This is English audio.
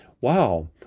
wow